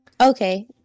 Okay